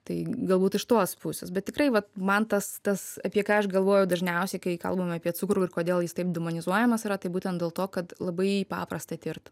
tai galbūt iš tos pusės bet tikrai vat man tas tas apie ką aš galvoju dažniausiai kai kalbam apie cukrų ir kodėl jis taip demonizuojamas yra tai būten dėl to kad labai paprasta tirt